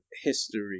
history